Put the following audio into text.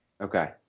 Okay